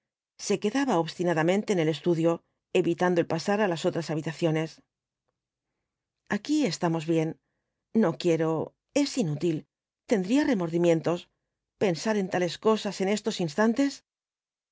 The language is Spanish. se quedaba obstinadamente en el estudio evitando el pasar á las otras habitaciones aquí estamos bien no quiero es inútil tendría remordimientos pensar en tales cosas en estos instantes